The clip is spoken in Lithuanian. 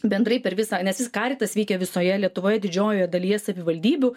bendrai per visą nes karitas veikia visoje lietuvoje didžiojoje dalyje savivaldybių